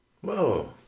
Whoa